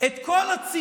את כל הציוצים